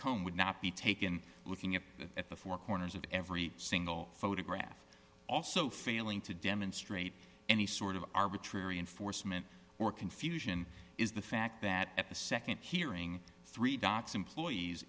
comb would not be taken looking at at the four corners of every single photograph also failing to demonstrate any sort of arbitrary enforcement or confusion is the fact that at the nd hearing three dots employees